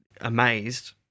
amazed